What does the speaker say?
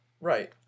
Right